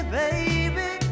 baby